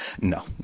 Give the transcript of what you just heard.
no